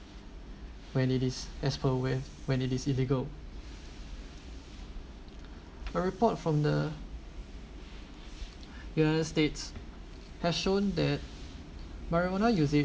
when it is as per with when it is illegal a report from the united states has shown that marijuana usually